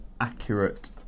accurate